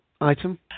item